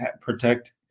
protect